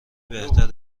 بهتر